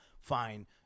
Fine